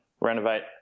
renovate